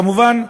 כמובן,